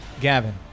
Gavin